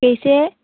कैसे है